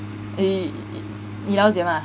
err 你了解吗